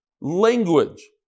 language